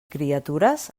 criatures